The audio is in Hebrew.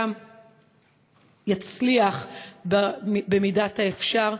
גם יצליח במידת האפשר,